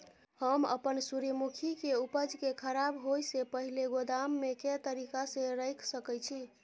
हम अपन सूर्यमुखी के उपज के खराब होयसे पहिले गोदाम में के तरीका से रयख सके छी?